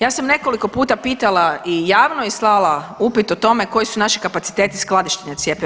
Ja sam nekoliko puta pitala i javno i slala upit o tome koji su naši kapaciteti skladištenja cjepiva.